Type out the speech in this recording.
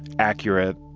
accurate